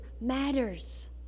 matters